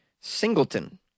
Singleton